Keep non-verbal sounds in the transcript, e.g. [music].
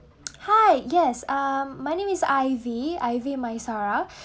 hi yes um my name is ivy ivy maisara [breath]